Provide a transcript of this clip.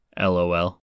LOL